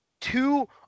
two